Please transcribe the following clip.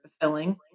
fulfilling